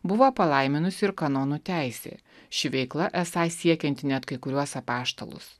buvo palaiminusi ir kanonų teisė ši veikla esą siekianti net kai kuriuos apaštalus